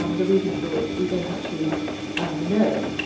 um the reasons for which, we don't actually know.